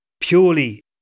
purely